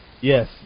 yes